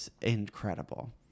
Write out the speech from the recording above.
Incredible